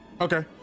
Okay